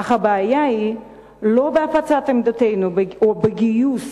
אך הבעיה היא לא בהפצת עמדותינו או בגיוס